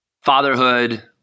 fatherhood